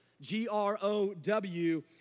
G-R-O-W